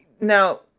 now